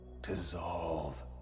dissolve